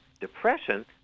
depression